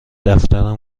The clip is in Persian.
دفتر